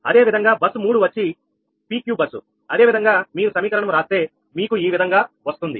అదేవిధంగా బస్సు 3 వచ్చి PQ బస్సు అదేవిధంగా మీరు సమీకరణం రాస్తే మీకు ఈ విధంగా వస్తుంది